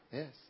yes